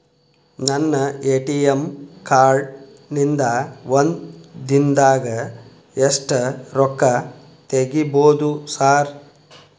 ನನ್ನ ATM card ನಿಂದಾ ಒಂದ್ ದಿಂದಾಗ ಎಷ್ಟ ರೊಕ್ಕಾ ತೆಗಿಬೋದು ಸಾರ್?